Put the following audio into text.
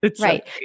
Right